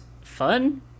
fun